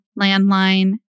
landline